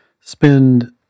spend